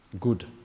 good